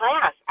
class